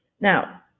Now